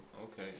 Okay